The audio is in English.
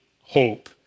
hope